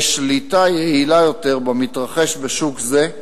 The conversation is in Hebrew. לשליטה יעילה יותר במתרחש בשוק זה,